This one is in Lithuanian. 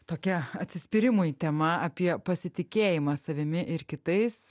tokia atsispyrimui tema apie pasitikėjimą savimi ir kitais